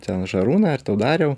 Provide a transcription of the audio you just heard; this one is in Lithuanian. ten šarūnai ar tau dariau